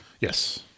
Yes